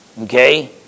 Okay